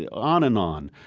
yeah on and on.